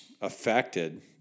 affected